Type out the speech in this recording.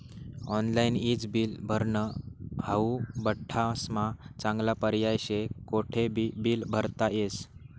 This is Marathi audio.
ऑनलाईन ईज बिल भरनं हाऊ बठ्ठास्मा चांगला पर्याय शे, कोठेबी बील भरता येस